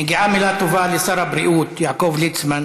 מגיעה מילה טובה לשר הבריאות יעקב ליצמן.